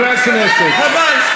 מי שמשרת, זה בדיוק מה שמפחיד אתכם.